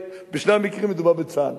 בשני המקרים מדובר בצה"ל,